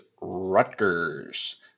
Rutgers